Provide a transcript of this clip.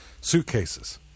suitcases